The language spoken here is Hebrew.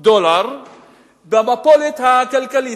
דולר במפולת הכלכלית.